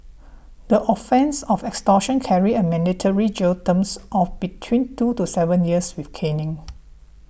the offence of extortion carries a mandatory jail terms of between two to seven years with caning